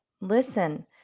listen